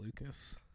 Lucas